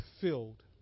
filled